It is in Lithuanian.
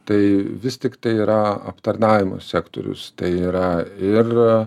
tai vis tiktai yra aptarnavimo sektorius tai yra ir